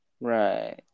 Right